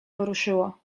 poruszyło